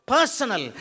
Personal